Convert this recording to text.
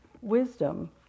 wisdom